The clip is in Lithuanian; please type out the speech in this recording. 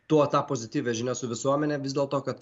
tuo ta pozityvia žinia su visuomene vis dėl to kad